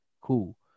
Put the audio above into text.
Cool